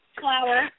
flower